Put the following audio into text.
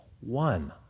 one